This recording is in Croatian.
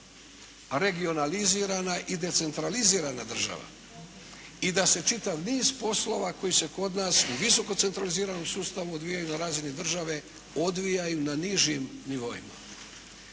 regionalizirana i decentralizirana država i da se čitav niz poslova koji se kod nas u visokocentraliziranom sustavu odvijaju na razini države odvijaju na nižim nivoima.